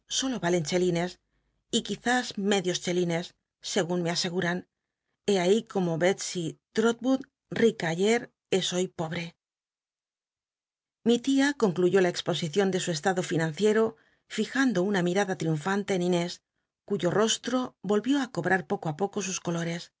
solo l'alen chelines ó quiuís medios chelines segun me ascgman hé ahí cómo dctscy trotwood l'ica ayer es hoy pobre lli tia concluyó la cxposicion de su estado llnanciero fijando una mirada triunfante en inés cuyo rostro volvió ú co brar poco á poco sus colores